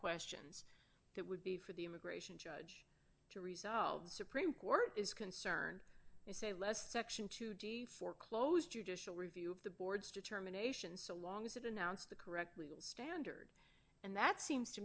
questions that would be for the immigration judge to resolve supreme court is concerned you say less section two d for close judicial review of the board's determination so long as it announced the correct legal standard and that seems to